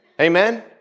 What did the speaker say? Amen